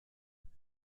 dyna